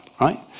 right